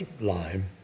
lime